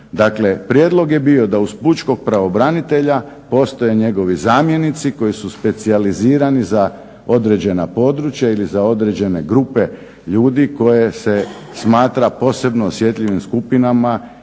prijedlog je bio da uz pučkog pravobranitelja postoje njegovi zamjenici koji su specijalizirani za određena područja ili za određene grupe ljude koje se smatra posebno osjetljivim skupinama